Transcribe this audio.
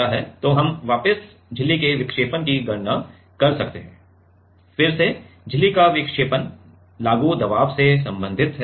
तो हम वापस झिल्ली के विक्षेपण की गणना कर सकते हैं फिर से झिल्ली का विक्षेपण लागू दबाव से संबंधित है